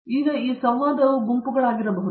ರವೀಂದ್ರ ಗೆಟ್ಟು ಈಗ ಈ ಸಂವಾದವು ಗುಂಪುಗಳಾಗಿರಬಹುದು